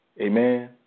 Amen